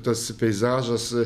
tas peizažas